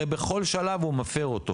הרי בכל שלב הוא מפר אותו.